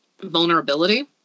vulnerability